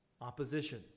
opposition